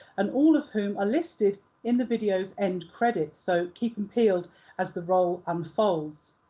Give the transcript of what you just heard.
and all of whom are listed in the video's end credits, so keep em peeled as the roll unfolds.